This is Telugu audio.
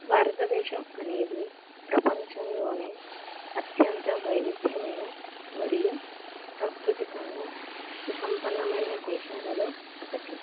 భారతదేశం అనేది ప్రపంచంలో అత్యంత వైవిధ్యమైన మరియు సాంస్కృతికంగా సుసంపన్నమైన దేశాలలో ఒకటి